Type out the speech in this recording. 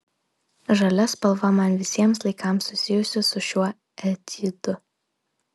žalia spalva man visiems laikams susijusi su šiuo etiudu